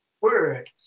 word